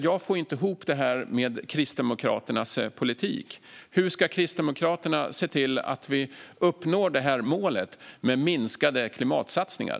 Jag får inte ihop det med Kristdemokraternas politik. Hur ska Kristdemokraterna se till att vi uppnår det här målet med minskade klimatsatsningar?